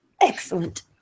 Excellent